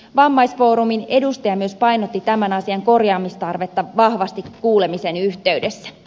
vammaisfoorumin edustaja myös painotti tämän asian korjaamistarvetta vahvasti kuulemisen yhteydessä